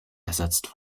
ersetzt